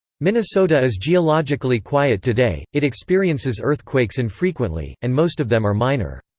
minnesota is geologically quiet today it experiences earthquakes infrequently, and most of them are minor.